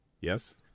Yes